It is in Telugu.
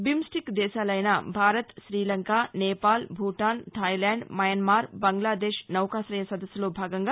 బిమ్స్టిక్ దేశాలైన భారత్ శ్రీలంక నేపాల్ భూటాన్ థాయ్లాండ్ మయన్మార్ బంగ్లాదేశ్ నౌకాశయ సదస్సులో భాగంగా